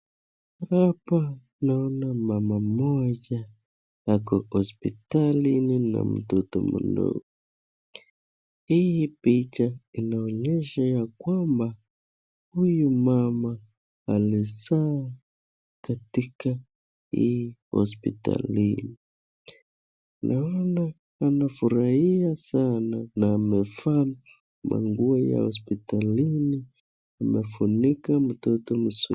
Hapa naona mama mmoja ako hospitalini na mtoto mdogo. Hii picha inaonyesha ya kwamba huyu mama alizaa katika hii hospitali. Naona anafurahia sana na amevaa manguo ya hospitalini amefunika mtoto mzuri.